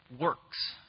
works